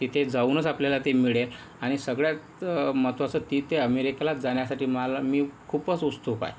तिथे जाऊनच आपल्याला ते मिळेल आणि सगळ्यात महत्त्वाचं तिथे अमेरिकेला जाण्यासाठी मला मी खूपच उत्सुक आहे